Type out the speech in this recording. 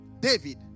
David